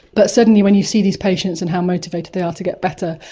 but certainly when you see these patients and how motivated they are to get better,